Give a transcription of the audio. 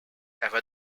ever